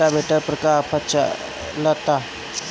Rotavator पर का offer चलता?